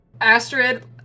Astrid